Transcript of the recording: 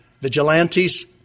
vigilantes